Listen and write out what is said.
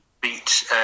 beat